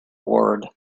ward